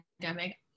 pandemic